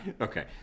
Okay